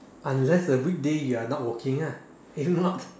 unless the weekday you are not working lah if not